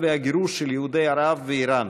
והגירוש של יהודי מדינות ערב ואיראן,